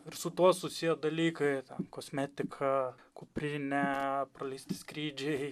ir su tuo susiję dalykai kosmetika kuprinė praleisti skrydžiai